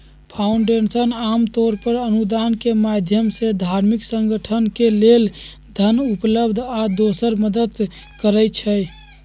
foundation आमतौर पर अनुदान के माधयम से धार्मिक संगठन के लेल धन उपलब्ध आ दोसर मदद करई छई